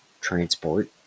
transport